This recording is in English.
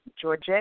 Georgette